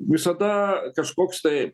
visada kažkoks tai